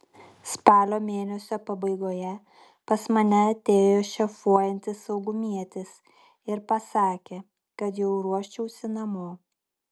spalio mėnesio pabaigoje pas mane atėjo šefuojantis saugumietis ir pasakė kad jau ruoščiausi namo